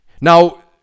Now